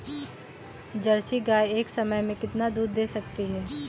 Jersey गाय एक समय में कितना दूध दे सकती है?